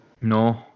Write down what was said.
No